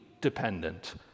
dependent